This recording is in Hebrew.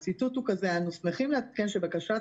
ואני מצטטת: "אנו שמחים לעדכן שבקשת